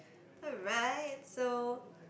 alright so